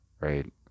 right